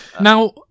Now